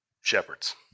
Shepherds